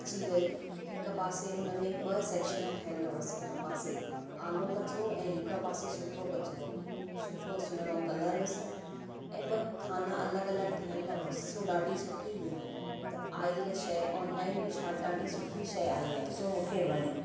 अची वई हिक पासे हुनमें ॿ सेक्शन ठहियल हुयसि हिक पासे आलो कचिरो ऐं हिक पासे सुको कचिरो सुठो सुहिणो कलर हुयसि ऐं ॿ खाना अलॻि अलॻि ठहियल हुयसि सो ॾाढी सुठी हुई त आयल शइ ऐं ऑनलाइन बि छा ॾाढी सुठी शइ आई आहे सो मूंखे वणी